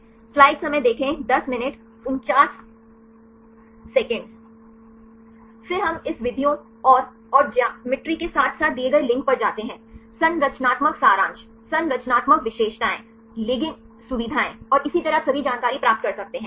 फिर हम इस विधियों और और ज्यामिति के साथ साथ दिए गए लिंक पर जाते हैं संरचनात्मक सारांश संरचनात्मक विशेषताएं लिगैंड सुविधाएँ और इसी तरह आप सभी जानकारी प्राप्त कर सकते हैं सही